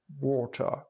water